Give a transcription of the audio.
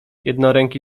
jednoręki